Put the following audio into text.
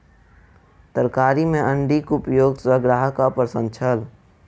तरकारी में अण्डीक उपयोग सॅ ग्राहक अप्रसन्न छल